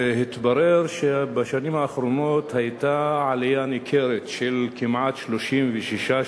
התברר שבשנים האחרונות היתה עלייה ניכרת של כמעט 36%,